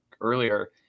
earlier